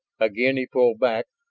again he pulled back,